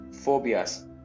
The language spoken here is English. Phobias